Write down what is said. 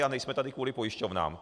A nejsme tady kvůli pojišťovnám.